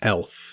Elf